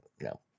no